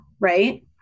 right